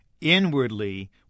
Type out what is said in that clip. Inwardly